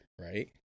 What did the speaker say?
right